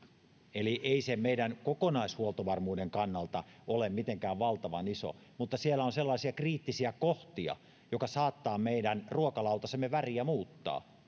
eli ei se meidän kokonaishuoltovarmuuden kannalta ole mitenkään valtavan iso mutta siellä on sellaisia kriittisiä kohtia jotka saattavat meidän ruokalautasemme väriä muuttaa